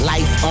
Life